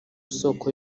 soko